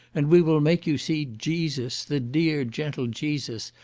and we will make you see jesus, the dear gentle jesus,